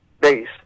base